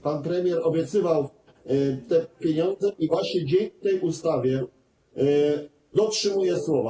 Pan premier obiecywał te pieniądze i właśnie dzięki tej ustawie dotrzymuje słowa.